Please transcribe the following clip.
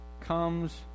comes